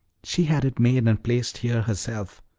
she had it made and placed here herself.